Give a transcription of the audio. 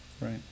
Right